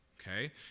okay